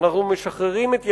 אנחנו משחררים את ידינו,